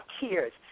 tears